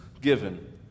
given